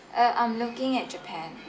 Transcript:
uh I'm looking at japan